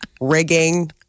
Rigging